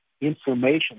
information